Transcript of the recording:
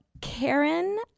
Karen